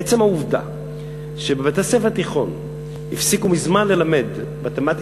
עצם העובדה שבבתי-ספר תיכוניים הפסיקו מזמן ללמד מתמטיקה,